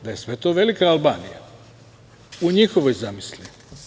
Da je sve to velika Albanija u njihovoj zamisli.